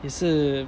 也是